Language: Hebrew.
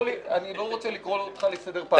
אני לא רוצה לקרוא אותך לסדר פעם שנייה.